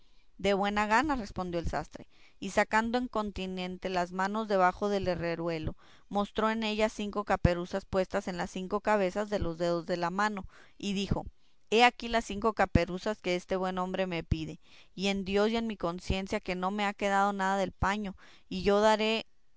de buena gana respondió el sastre y sacando encontinente la mano debajo del herreruelo mostró en ella cinco caperuzas puestas en las cinco cabezas de los dedos de la mano y dijo he aquí las cinco caperuzas que este buen hombre me pide y en dios y en mi conciencia que no me ha quedado nada del paño y yo daré